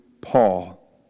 Paul